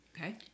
Okay